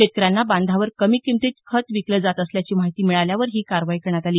शेतकऱ्यांना बांधावर कमी किमतीत खत विकले जात असल्याची माहिती मिळाल्यावर ही कारवाई करण्यात आली